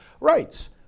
rights